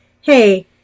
Hey